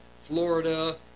Florida